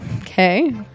Okay